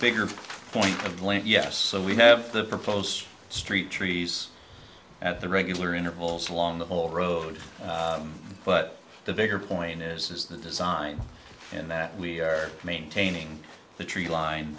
blank yes so we have the proposed street trees at the regular intervals along the whole road but the bigger point is the design and that we are maintaining the tree line